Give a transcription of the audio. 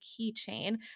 keychain